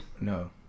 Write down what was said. No